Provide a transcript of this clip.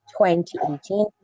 2018